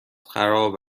خراب